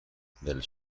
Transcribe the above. del